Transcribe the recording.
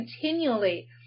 continually